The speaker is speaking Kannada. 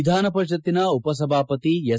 ವಿಧಾನಪರಿಷತ್ತಿನ ಉಪಸಭಾಪತಿ ಎಸ್